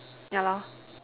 yeah lah